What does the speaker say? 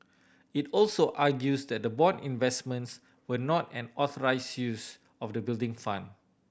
it also argues that the bond investments were not an authorise use of the Building Fund